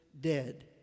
dead